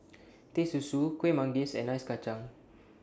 Teh Susu Kuih Manggis and Ice Kachang